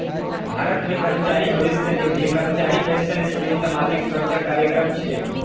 भारत मे कर्मचारी भविष्य निधि, कर्मचारी पेंशन स्कीम सामाजिक सुरक्षा कार्यक्रम छियै